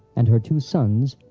and her two sons,